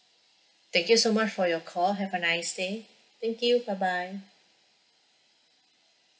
thank you so much for your call have a nice day thank you bye bye